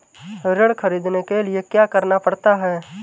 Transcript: ऋण ख़रीदने के लिए क्या करना पड़ता है?